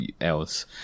else